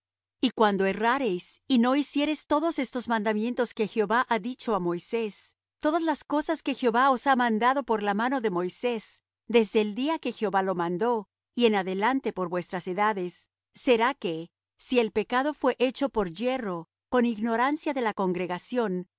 y cuando errareis y no hiciereis todos estos mandamientos que jehová ha dicho á moisés todas las cosas que jehová os ha mandado por la mano de moisés desde el día que jehová lo mandó y en adelante por vuestras edades será que si el pecado fué hecho por yerro con ignorancia de la congregación